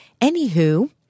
anywho